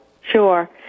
Sure